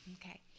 Okay